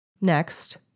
Next